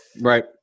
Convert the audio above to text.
Right